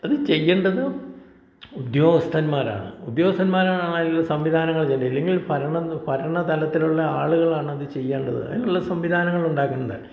അത് ചെയ്യേണ്ടത് ഉദ്യോഗസ്ഥന്മാരാണ് ഉദ്യോഗസ്ഥന്മാരാണ് അങ്ങനെ ഉള്ള സംവിധാനങ്ങൾ ചെയ്യേണ്ടത് ഇല്ലെങ്കിൽ ഭരണം ഭരണ തലത്തിലുള്ള ആളുകളാണ് അത് ചെയ്യേണ്ടത് അതിനുള്ള സംവിധാനങ്ങൾ ഉണ്ടാക്കേണ്ടത്